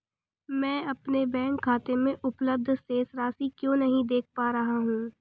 मैं अपने बैंक खाते में उपलब्ध शेष राशि क्यो नहीं देख पा रहा हूँ?